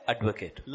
Advocate